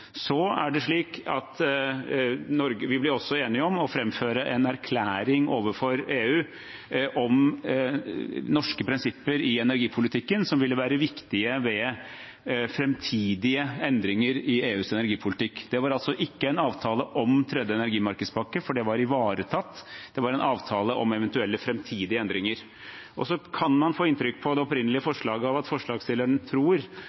Vi ble også enige om å framføre en erklæring overfor EU om norske prinsipper i energipolitikken som ville være viktige ved framtidige endringer i EUs energipolitikk. Det var altså ikke en avtale om tredje energimarkedspakke, for det var ivaretatt; det var en avtale om eventuelle framtidige endringer. Man kan av dokumentforslaget få inntrykk av at forslagsstillerne tror